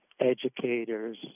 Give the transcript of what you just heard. educators